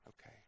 okay